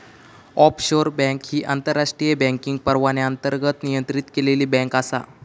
offshore bank ही आंतरराष्ट्रीय banking परवान्याअंतर्गत नियंत्रित केलेली बँक आसा